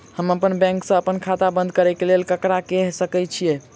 हम अप्पन बैंक सऽ अप्पन खाता बंद करै ला ककरा केह सकाई छी?